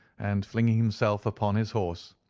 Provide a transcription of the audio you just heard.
and, flinging himself upon his horse,